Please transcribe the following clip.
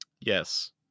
Yes